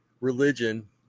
religion